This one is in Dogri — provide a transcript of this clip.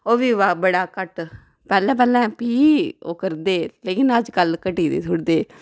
ओह् बी बा बड़ा घट्ट पैहलें पैहलें फ्ही ओह् करदे हे लेकिन अजकल घटी गेदे थोह्ड़े दे